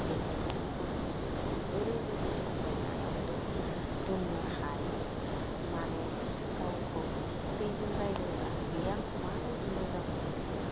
बेखायनो महर मुस्रिखौ ओरैबायदि समायनायाव दोननो हायो माने गावखौ बेजों रायज्लायब्ला बे आंखौ माबायदि मोजां मोनखो